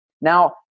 Now